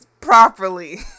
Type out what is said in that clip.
properly